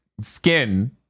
skin